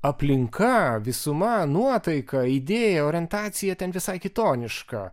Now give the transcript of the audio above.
aplinka visuma nuotaika idėja orientacija ten visai kitoniška